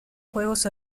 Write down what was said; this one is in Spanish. juegos